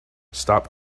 stop